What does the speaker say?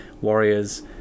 Warriors